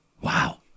Wow